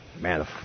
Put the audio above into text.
Man